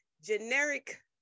generic